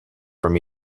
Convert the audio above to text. from